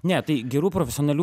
ne tai gerų profesionalių